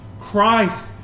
Christ